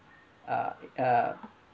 uh